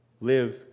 Live